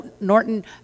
Norton